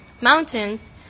mountains